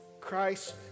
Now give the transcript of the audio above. Christ